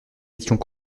étions